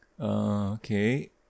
okay